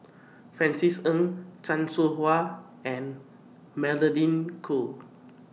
Francis Ng Chan Soh Ha and Magdalene Khoo